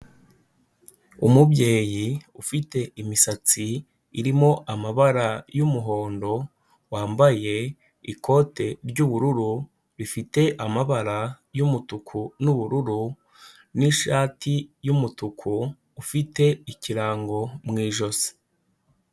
Umubyeyi ufite imisatsi irimo amabara y'umuhondo, wambaye ikote ry'ubururu rifite amabara y'umutuku n'ubururu n'ishati y'umutuku, ufite ikirango mu ijosi.